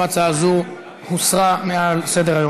הצעה זו הוסרה מעל סדר-היום.